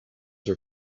were